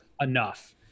enough